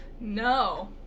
No